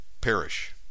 perish